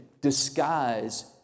disguise